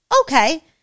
okay